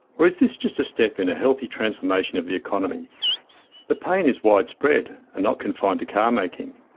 or is this just a step in a healthy transformation of the economy the pain is widespread, and not confined to car making.